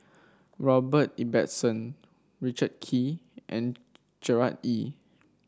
Robert Ibbetson Richard Kee and Gerard Ee